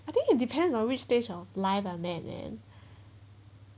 I think it depends on which stage of life ah man